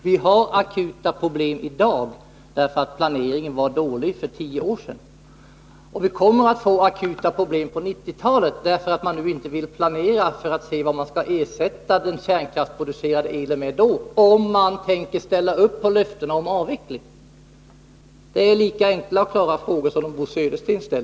Herr talman! Vi har akuta problem i dag därför att planeringen var dålig för tio år sedan. Vi kommer att få akuta problem på 1990-talet därför att man nu inte vill planera för att ta reda på vad man då skall ersätta den kärnkraftsproducerade electriciteten med, om man nu tänker uppfylla löftena om avveckling. Det är lika enkla och klara fakta som Bo Södersten för fram här.